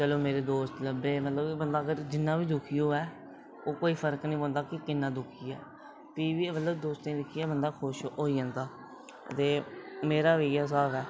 चलो मेरे दोस्त लब्भे मतलब बंदा फिर जिन्ना बी दुखी होऐ ओह् कोई फर्क निं पौंदा कि किन्ना दुखी ऐ भी बी मतलब दोस्तें ई दिक्खियै बंदा खुश होई जंदा ते मेरा बी इ'यै स्हाब ऐ